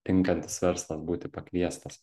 tinkantis verslas būti pakviestas